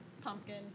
pumpkin